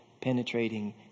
penetrating